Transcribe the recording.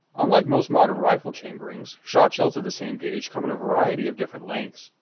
unlike most modern rifle chamberings, shotshells of the same gauge come in a variety of different lengths,